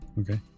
Okay